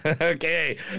okay